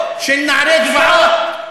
של נערי גבעות,